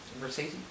Versace